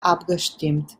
abgestimmt